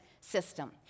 system